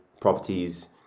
properties